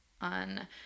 on